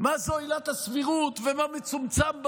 מה זו עילת הסבירות ומה מצומצם בה,